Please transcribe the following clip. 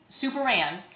Superman